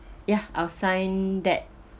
ya I'll sign that